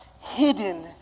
hidden